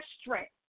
strength